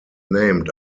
named